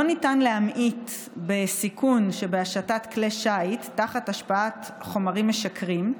לא ניתן להמעיט בסיכון שבהשטת כלי שיט תחת השפעת חומרים משכרים.